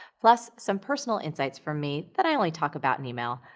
plus some personal insights from me that i only talk about in email,